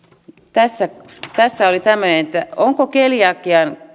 tässä oli tämmöinen onko keliakian